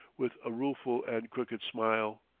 with a rueful and crooked smile.